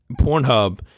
pornhub